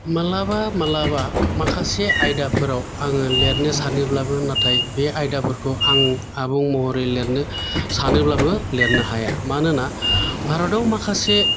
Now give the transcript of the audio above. माब्लाबा माब्लाबा माखासे आयदाफोराव आङो लिरनो सानोब्लाबो नाथाय बे आयदाफोरखौ आं आबुं महरै लिरनो सानोब्लाबो लिरनो हाया मानोना भारतआव माखासे